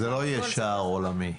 שזה לא יהיה "שער עולמי".